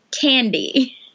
candy